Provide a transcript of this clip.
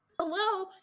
hello